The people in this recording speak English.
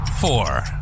four